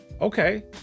okay